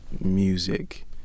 music